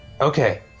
Okay